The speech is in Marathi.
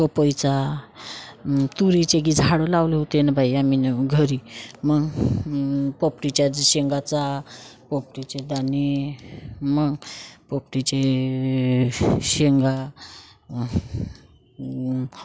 पपईचा तुरीचे गी झाडं लावले होते न बाई आम्ही नेऊन घरी मग पोपटीच्या शेंगाचा पोपटीचे धणे मग पोपटीचे शेंगा